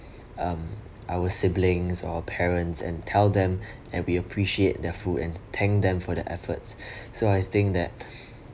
um) our siblings or parents and tell them that we appreciate their food and thanked them for their efforts so I think that